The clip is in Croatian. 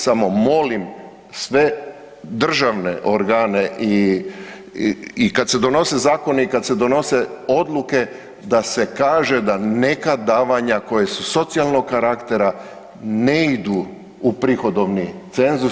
Samo molim sve državne organe i kad se donose zakoni i kad se donose odluke, da se kaže da neka davanja koja su socijalnog karaktera ne idu u prihodovni cenzus.